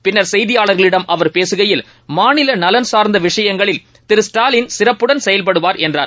பின்னர் செய்தியாளர்களிடம் அவர் பேசுகையில் மாநிலநலன் சார்ந்தவிஷயங்களில் திரு ஸ்டாலின் சிறப்புடன் செயல்படுவார் என்றார்